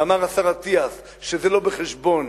ואמר השר אטיאס שזה לא בחשבון